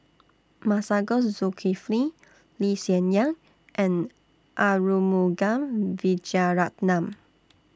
Masagos Zulkifli Lee Hsien Yang and Arumugam Vijiaratnam